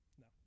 No